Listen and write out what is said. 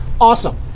Awesome